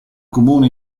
comune